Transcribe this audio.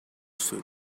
suit